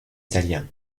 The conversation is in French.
italien